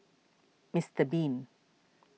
Mister Bean